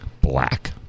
black